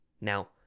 Now